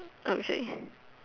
I'm Shake